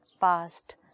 past